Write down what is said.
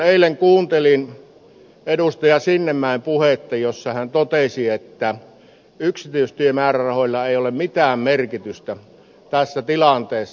eilen kuuntelin edustaja sinnemäen puhetta jossa hän totesi että yksityistiemäärärahoilla ei ole mitään merkitystä tässä tilanteessa